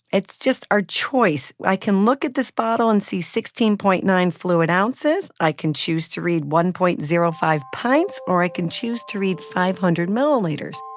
it's just our choice. i can look at this bottle and see sixteen point nine fluid ounces. i can choose to read one point zero five pints or i can choose to read five hundred milliliters